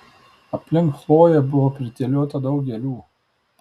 aplink chloję buvo pridėliota daug gėlių